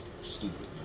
Stupid